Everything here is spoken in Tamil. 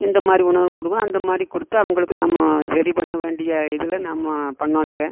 எந்தமாதிரி உணவு கொடுக்கணுமோ அந்தமாதிரி கொடுத்து அவங்களுக்கு நம்ம சரி பண்ண வேண்டிய இதில் நம்ம பண்ணணுங்க